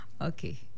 Okay